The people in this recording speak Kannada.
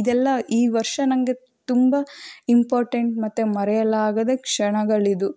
ಇದೆಲ್ಲ ಈ ವರ್ಷ ನನಗೆ ತುಂಬ ಇಂಪಾರ್ಟೆಂಟ್ ಮತ್ತು ಮರೆಯಲಾಗದ ಕ್ಷಣಗಳಿದು